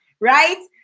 right